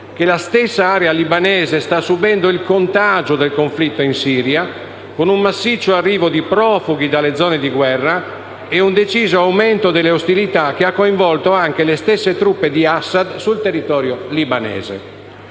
che la stessa area libanese sta subendo il contagio del conflitto in Siria con un massiccio arrivo di profughi dalle zone di guerra ed un deciso aumento delle ostilità che ha coinvolto anche le stesse truppe di Assad sul territorio libanese.